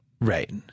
Right